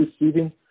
receiving